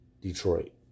Detroit